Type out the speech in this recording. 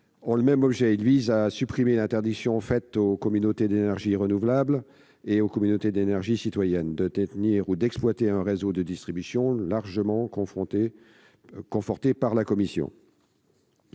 224 rectifié et 410 visent à supprimer l'interdiction faite aux communautés d'énergie renouvelable et aux communautés énergétiques citoyennes de détenir ou d'exploiter un réseau de distribution, largement confortée par la commission.